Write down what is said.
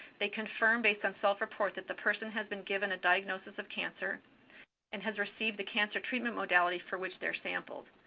they confirm, based on self-report, that the person has been given a diagnosis of cancer and has received the cancer treatment modality for which they're sampled.